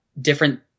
different